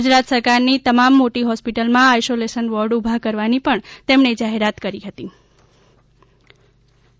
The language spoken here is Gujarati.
ગુજરાત સરકાર ની તમામ મોટી હોસ્પિટલ માં આઇસોલેશન વોર્ડ ઊભા કરવાની પણ તેમણે જાહેરાત કરી હતી કેવડીયા એસ